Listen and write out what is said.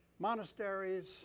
Monasteries